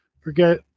forget